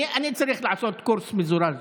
אני צריך לעשות קורס מזורז שוב.